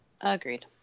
Agreed